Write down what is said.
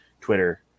Twitter